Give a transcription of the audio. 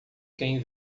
quem